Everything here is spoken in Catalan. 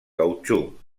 cautxú